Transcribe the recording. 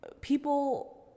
people